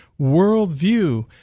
worldview